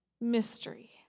mystery